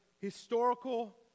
historical